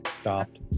stopped